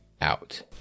out